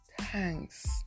thanks